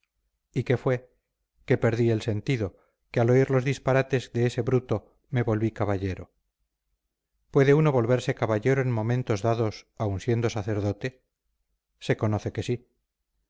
y qué fue que perdí el sentido que al oír los disparates de ese bruto me volví caballero puede uno volverse caballero en momentos dados aun siendo sacerdote se conoce que sí